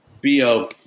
B-O